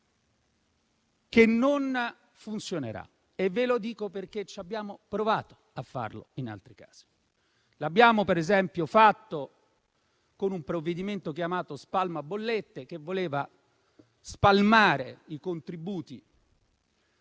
che non funzionerà. Ve lo dico perché abbiamo provato a farlo in altri casi, per esempio, con un provvedimento chiamato "spalma bollette", che voleva spalmare i contributi